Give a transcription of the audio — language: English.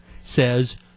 says